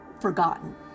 forgotten